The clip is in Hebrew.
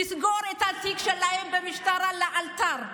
לסגור את התיק שלהם במשטרה לאלתר,